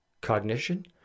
cognition